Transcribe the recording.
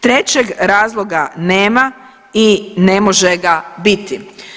Trećeg razloga nema i ne može ga biti.